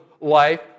life